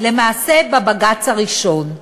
למעשה בבג"ץ הראשון.